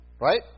Right